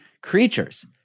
creatures